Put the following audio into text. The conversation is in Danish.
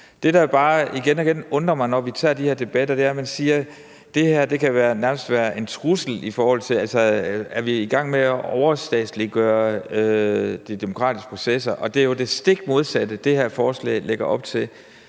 Det, der bare igen og igen undrer mig, når vi tager de her debatter, er, at man siger: Det her kan nærmest være en trussel, i forhold til om vi er i gang med at overstatsliggøre de demokratiske processer. Og det er jo det stik modsatte, det her forslag lægger op til.